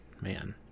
man